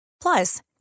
Plus